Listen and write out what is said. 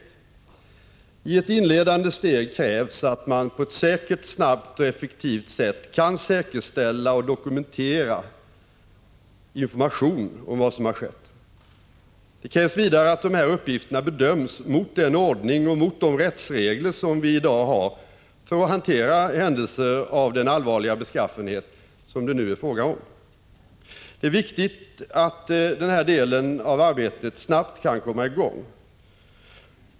I ett inledande steg krävs att man på ett säkert, snabbt och effektivt sätt kan säkerställa och dokumentera information om vad som har skett. Det krävs vidare att dessa uppgifter bedöms mot den ordning och mot de rättsregler som vi i dag har för att hantera händelser av den allvarliga beskaffenhet som det nu är fråga om. Det är viktigt att denna del av arbetet snabbt kan komma i gång.